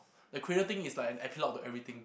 the cradle thing is like an epilogue to everything